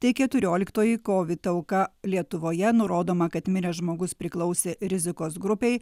tai keturioliktoji kovid auka lietuvoje nurodoma kad miręs žmogus priklausė rizikos grupei